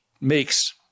makes